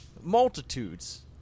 multitudes